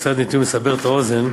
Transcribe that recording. קצת נתונים כדי לסבר את האוזן,